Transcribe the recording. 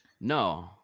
No